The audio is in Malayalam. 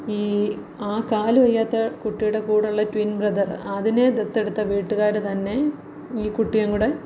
ഈ ആ കാല് വയ്യാത്ത കുട്ടീടെ കൂടൊള്ള ട്വിൻ ബ്രദറ് അതിനെ ദത്തെടുത്ത വീട്ടുകാർ തന്നെ ഈ കുട്ടിയേങ്കൂടെ